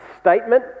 statement